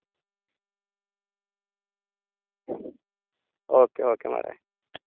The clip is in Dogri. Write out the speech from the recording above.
ओके ओके म्हाराज